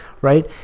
right